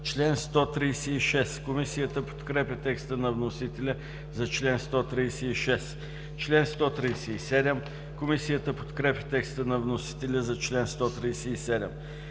чл. 186. Комисията подкрепя текста на вносителя за чл. 187. Комисията подкрепя текста на вносителя за чл. 188.